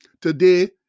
Today